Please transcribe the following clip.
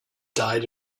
died